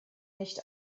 nicht